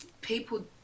people